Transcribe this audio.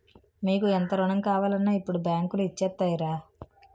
మీకు ఎంత రుణం కావాలన్నా ఇప్పుడు బాంకులు ఇచ్చేత్తాయిరా